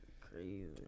crazy